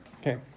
Okay